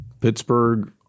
Pittsburgh